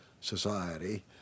society